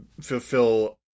fulfill